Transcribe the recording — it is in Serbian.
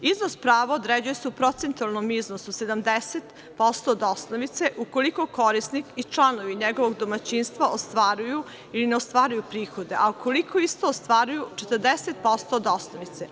Iznos prava određuje se u procentualnom iznosu 70% od osnovice, ukoliko korisnik i članovi njegovog domaćinstva ostvaruju ili ne ostvaruju prihode, a ukoliko ista ostvaruju – 40% od osnovice.